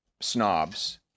snobs